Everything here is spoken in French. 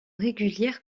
régulière